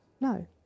No